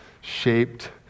shaped